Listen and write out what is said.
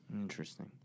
Interesting